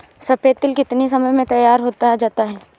सफेद तिल कितनी समय में तैयार होता जाता है?